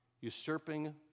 usurping